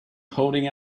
holding